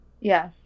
Yes